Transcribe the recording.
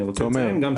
תומר,